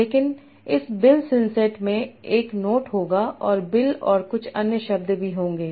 लेकिन इस bill synset में एक नोट होगा और बिल और कुछ अन्य शब्द भी होंगे